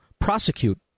prosecute